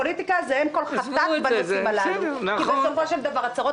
פוליטיקה זה אֵם כל חטאת בנושאים הללו כי בסופו של דבר הצהרות